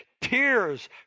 tears